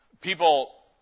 People